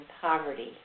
poverty